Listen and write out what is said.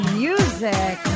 music